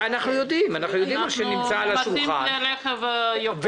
אנחנו דנים ברכבי יוקרה.